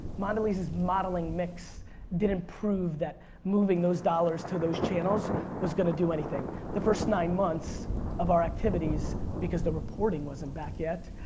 mondelez's modeling mix didn't prove that moving those dollars to those channels was gonna do anything. the first nine months of our activities because the reporting wasn't back yet,